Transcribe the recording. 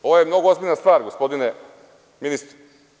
Ovo je mnogo ozbiljna stvar, gospodine ministre.